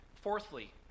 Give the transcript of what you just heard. Fourthly